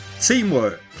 teamwork